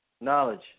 Knowledge